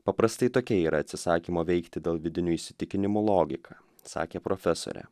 paprastai tokia yra atsisakymo veikti dėl vidinių įsitikinimų logika sakė profesorė